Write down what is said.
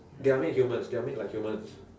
they are made humans they are made like humans